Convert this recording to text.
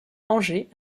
angers